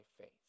faith